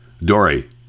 dory